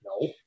No